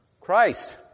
Christ